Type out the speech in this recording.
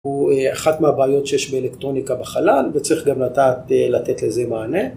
הוא אחת מהבעיות שיש באלקטרוניקה בחלל וצריך גם לדעת לתת לזה מענה.